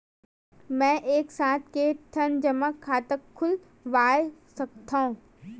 मैं एक साथ के ठन जमा खाता खुलवाय सकथव?